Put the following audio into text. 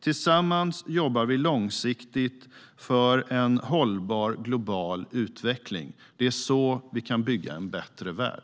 Tillsammans jobbar vi långsiktigt för en hållbar global utveckling. Det är så vi kan bygga en bättre värld.